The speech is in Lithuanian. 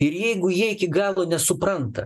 ir jeigu jie iki galo nesupranta